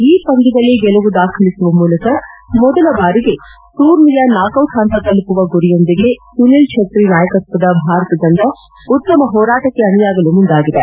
ಈ ಪಂದ್ಯದಲ್ಲಿ ಗೆಲುವು ದಾಖಲಿಸುವ ಮೂಲಕ ಮೊದಲ ಬಾರಿಗೆ ಈ ಟೂರ್ನಿಯ ನಾಕೌಟ್ ಹಂತ ತಲುಪುವ ಗುರಿಯೊಂದಿಗೆ ಸುನಿಲ್ ಛೆಟ್ರಿ ನಾಯಕತ್ವದ ಭಾರತ ತಂಡ ಉತ್ತಮ ಹೋರಾಟಕ್ಕೆ ಅಣಿಯಾಗಲು ಮುಂದಾಗಿದೆ